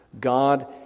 God